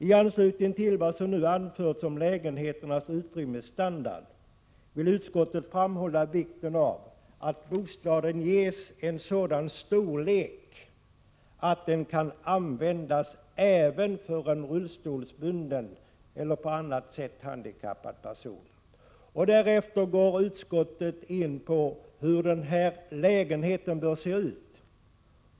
I anslutning till vad som nu anförts om lägenheternas utrymmesstandard vill utskottet framhålla vikten av att bostaden ges en sådan storlek att den kan användas även av en rullstolsbunden eller på annat sätt handikappad person. Därefter går bostadsutskottet in på hur den här lägenheten bör se ut.